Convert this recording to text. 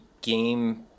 game